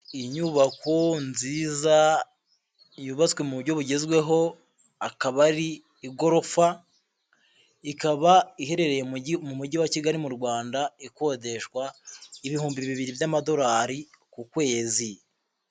Inyubako nziza yubatswe mu buryo bugezweho akaba ari igorofa, ikaba iherereye mu mujyi wa Kigali mu Rwanda, ikodeshwa ibihumbi bibiri by'amadolari ku kwezi.